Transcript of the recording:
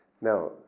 Now